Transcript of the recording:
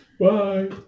Bye